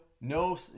no